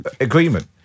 agreement